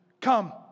Come